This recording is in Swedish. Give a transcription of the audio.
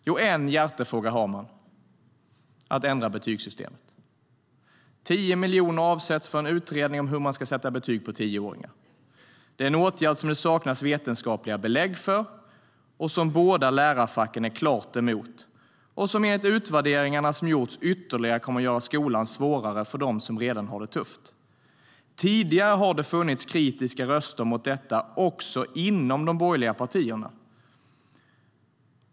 Jo, en hjärtefråga har man: att ändra betygssystemet. Tidigare har det funnits kritiska röster mot detta också inom de borgerliga partierna.